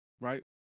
right